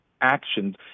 actions